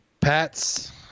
Pats